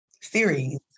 series